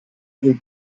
est